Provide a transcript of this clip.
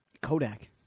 Kodak